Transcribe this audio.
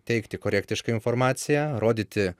teikti korektišką informaciją rodyti